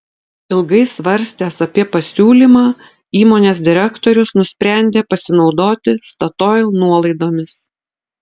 ilgai svarstęs apie pasiūlymą įmonės direktorius nusprendė pasinaudoti statoil nuolaidomis